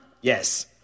Yes